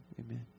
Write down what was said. amen